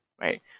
right